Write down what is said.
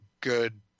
good